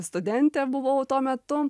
studentė buvau tuo metu